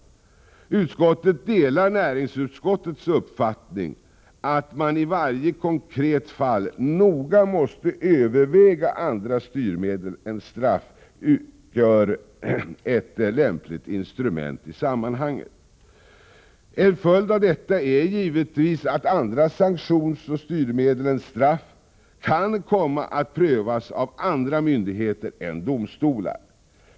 Justitieutskottet delar näringsutskottets uppfattning att man i varje konkret fall noga måste överväga om andra styrmedel än straff utgör ett lämpligt instrument i sammanhanget. En följd av detta är att andra sanktionsoch styrmedel än straff kan komma att prövas av andra myndigheter än domstolar.